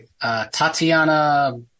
Tatiana